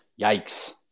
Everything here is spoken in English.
yikes